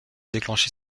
déclencher